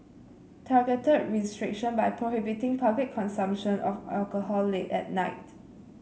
targeted restriction by prohibiting public consumption of alcohol late at night